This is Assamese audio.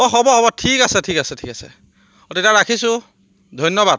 অঁ হ'ব হ'ব ঠিক আছে ঠিক আছে ঠিক আছে অঁ তেতিয়া ৰাখিছোঁ ধন্যবাদ